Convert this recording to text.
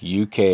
UK